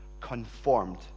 conformed